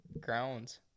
grounds